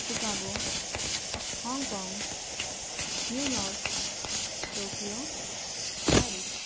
Chicago Hong Kong New York Tokyo Paris